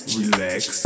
relax